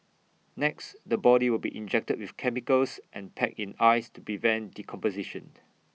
next the body will be injected with chemicals and packed in ice to prevent decomposition